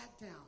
down